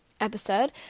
episode